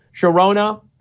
Sharona